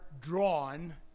drawn